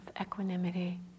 equanimity